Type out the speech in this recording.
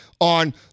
on